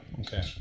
Okay